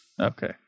Okay